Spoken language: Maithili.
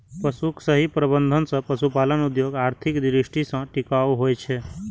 पशुक सही प्रबंधन सं पशुपालन उद्योग आर्थिक दृष्टि सं टिकाऊ होइ छै